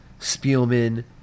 Spielman